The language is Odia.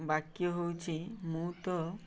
ବାକ୍ୟ ହେଉଛି ମୁଁ ତ